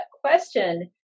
question